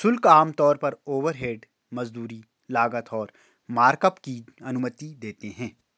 शुल्क आमतौर पर ओवरहेड, मजदूरी, लागत और मार्कअप की अनुमति देते हैं